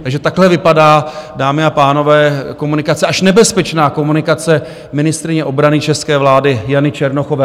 Takže takhle vypadá, dámy a pánové, komunikace, až nebezpečná komunikace ministryně obrany české vlády Jany Černochové.